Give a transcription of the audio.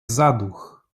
zaduch